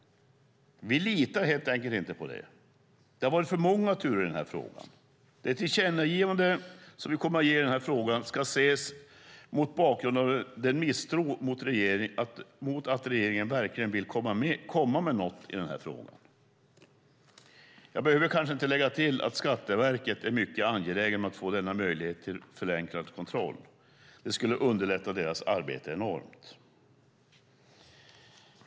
Vi litar helt enkelt inte på det. Det har varit för många turer i den här frågan. Det tillkännagivande som riksdagen kommer att ge i denna fråga ska ses mot bakgrund av en misstro mot att regeringen verkligen vill komma med något. Jag behöver kanske inte lägga till att Skatteverket är mycket angeläget om att få denna möjlighet till förenklad kontroll. Det skulle underlätta verkets arbete enormt.